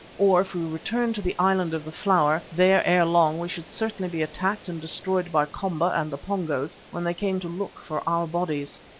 or if we returned to the island of the flower, there ere long we should certainly be attacked and destroyed by komba and the pongos when they came to look for our bodies.